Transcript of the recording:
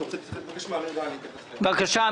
אמיר דהן, בבקשה.